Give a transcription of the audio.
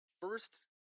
First